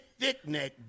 Thickneck